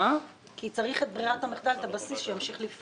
כי צריך את ברירת המחדל שתמשיך לפעול.